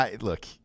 Look